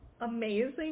amazing